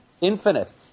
infinite